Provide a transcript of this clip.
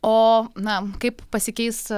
o na kaip pasikeis